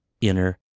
inner